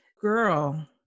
girl